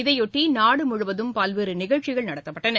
இதையொட்டி நாடுமுழுவதும் பல்வேறு நிகழ்ச்சிகள் நடத்தப்பட்டன